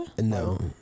No